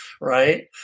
Right